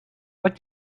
what